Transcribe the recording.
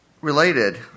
Related